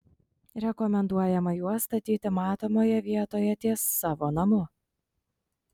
rekomenduojama juos statyti matomoje vietoj ties savo namu